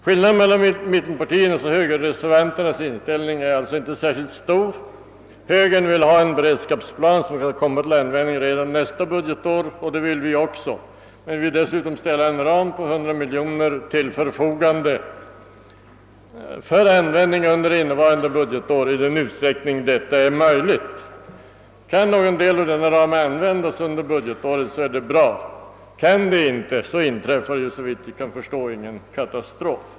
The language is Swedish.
Skillnaden i inställning hos oss mittenpartireservanter och högerreservanterna är inte särskilt stor. Högern vill ha en beredskapsplan som kan komma till användning redan nästa budgetår. Det vill vi också, men vi vill dessutom ställa en ram på 100 miljoner kronor till förfogande för användning under innevarande budgetår i den utsträckning detta är möjligt. Kan någon del av denna ram användas under innevarande budgetår är det ju bra — i den mån så inte är möjligt inträffar. såvitt vi kan förstå ingen katastrof.